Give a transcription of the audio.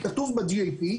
זה כתוב ב-GAP,